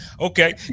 okay